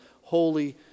holy